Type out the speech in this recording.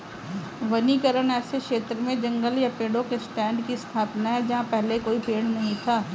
वनीकरण ऐसे क्षेत्र में जंगल या पेड़ों के स्टैंड की स्थापना है जहां पहले कोई पेड़ नहीं था